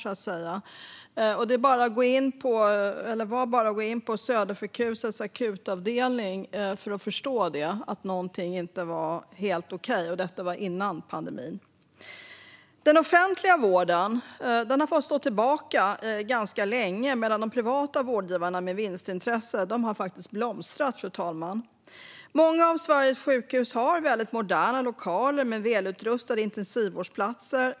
Det var bara att gå in på Södersjukhuset akutavdelning för att man skulle förstå att någonting inte var helt okej, och det var innan pandemin. Den offentliga vården har fått stå tillbaka ganska länge medan de privata vårdgivarna med vinstintresse har blomstrat, fru talman. Många av Sveriges sjukhus har väldigt moderna lokaler med välutrustade intensivvårdsplatser.